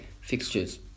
fixtures